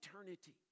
eternity